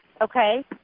Okay